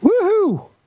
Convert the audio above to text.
Woohoo